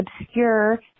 obscure